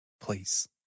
Please